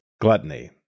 gluttony